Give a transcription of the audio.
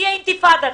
תהיה אינתיפאדה.